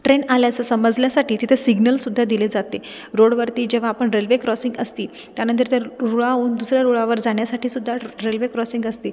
train आल्या असं समजल्यासाठी तिथे सिग्नल सुद्धा दिले जाते रोडवरती जेव्हा आपण रेल्वे क्रॉसिंग असती त्यानंतर त्या रुळा उंच रुळावर जाण्यासाठी सुद्धा रेल रेल्वे क्रॉसिंग असती